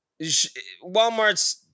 Walmart's